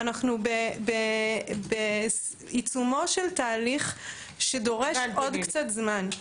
אנחנו בעיצומו של תהליך שדורש עוד קצת זמן.